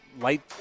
light